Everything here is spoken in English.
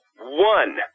One